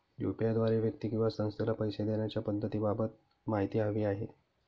UPI द्वारे व्यक्ती किंवा संस्थेला पैसे देण्याच्या पद्धतींबाबत माहिती हवी आहे